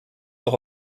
auch